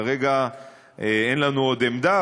כרגע אין לנו עוד עמדה,